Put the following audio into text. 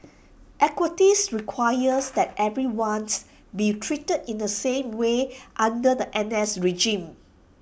equities requires that everyone's be treated in the same way under the N S regime